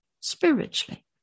spiritually